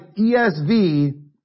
ESV